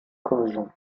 commission